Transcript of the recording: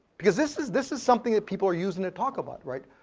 because this is this is something that people are using, they talk about, right?